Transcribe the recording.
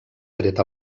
tret